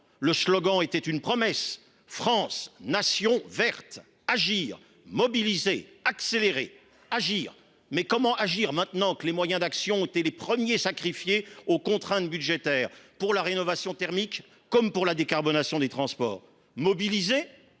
Le slogan faisait office de promesse :« France Nation verte : agir, mobiliser, accélérer ». Agir ? Mais comment agir, quand les moyens d’action ont été les premiers sacrifiés aux contraintes budgétaires, tant pour la rénovation thermique que pour la décarbonation des transports ? Mobiliser ?